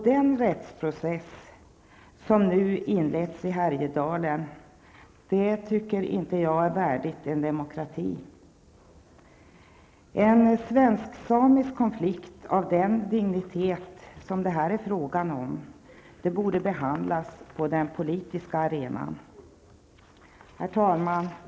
Den rättsprocess som nu inletts i Härjedalen är inte värdig en demokrati. En svensk--samisk konflikt av den dignitet som det här är fråga om borde behandlas på den politiska arenan. Herr talman!